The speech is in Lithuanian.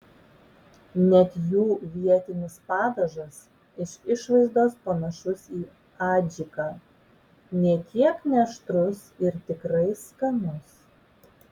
net jų vietinis padažas iš išvaizdos panašus į adžiką nė kiek neaštrus ir tikrai skanus